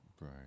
Right